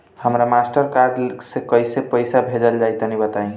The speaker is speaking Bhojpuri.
हमरा मास्टर कार्ड से कइसे पईसा भेजल जाई बताई?